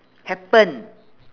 happen